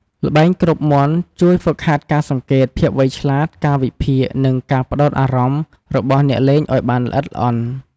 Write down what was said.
ល្បែងគ្របមាន់ជួយ ហ្វឹកហាត់ការសង្កេត ភាពវៃឆ្លាត ការវិភាគ និង ការផ្តោតអារម្មណ៍ របស់អ្នកលេងឱ្យបានល្អិតល្អន់។